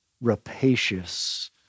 rapacious